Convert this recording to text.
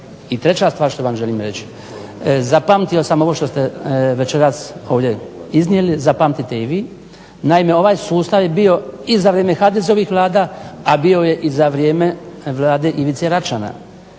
I treća stvar što vam želim reći, zapamtio sam ovo što ste večeras ovdje iznijeli, zapamtite i vi. Naime, ovaj sustav je bio i za vrijeme HDZ-ovih vlada, a bio je i za vrijeme Vlade Ivice Račana